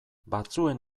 batzuen